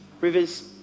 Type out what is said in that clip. Rivers